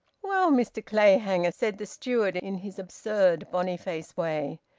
well, mr clayhanger, said the steward, in his absurd boniface way,